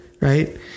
right